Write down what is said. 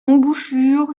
embouchure